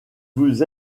vous